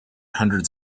hundreds